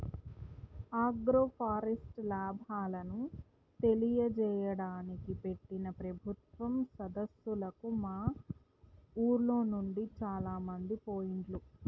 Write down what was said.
agroforest లాభాలను తెలియజేయడానికి పెట్టిన ప్రభుత్వం సదస్సులకు మా ఉర్లోనుండి చాలామంది పోయిండ్లు